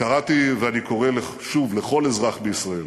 קראתי ואני קורא שוב לכל אזרח בישראל: